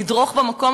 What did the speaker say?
לדרוך במקום,